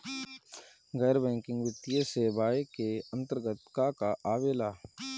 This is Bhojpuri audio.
गैर बैंकिंग वित्तीय सेवाए के अन्तरगत का का आवेला?